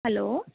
hello